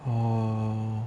oh